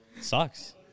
sucks